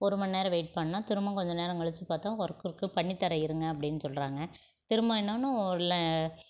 ஒரு மணி நேரம் வெய்ட் பண்ணால் திரும்ப கொஞ்ச நேரம் கழிச்சு பார்த்தோம் ஒர்க் இருக்குது பண்ணி தர இருங்கள் அப்படின்னு சொல்கிறாங்க திரும்ப என்னன்னா உள்ளே